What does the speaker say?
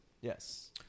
Yes